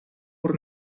бүр